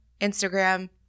Instagram